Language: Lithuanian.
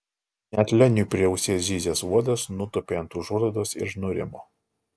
net leniui prie ausies zyzęs uodas nutūpė ant užuolaidos ir nurimo